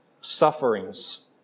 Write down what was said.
sufferings